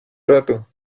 rato